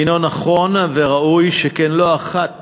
הנו נכון וראוי, שכן לא אחת